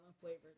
flavored